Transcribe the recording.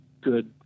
good